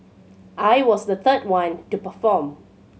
I was the third one to perform